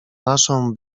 naszą